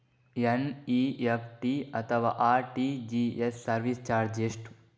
NEFT ಅಥವಾ RTGS service charge ಎಷ್ಟು?